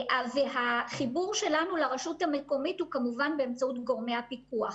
החיבור שלנו לרשות המקומית הוא באמצעות גורמי הפיקוח.